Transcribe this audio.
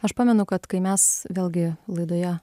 aš pamenu kad kai mes vėlgi laidoje